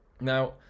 Now